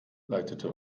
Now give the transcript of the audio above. leitete